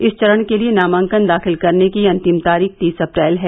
इस चरण के लिये नामांकन दाखिल करने की अन्तिम तारीख तीस अप्रैल है